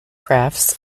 graphs